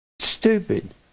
Stupid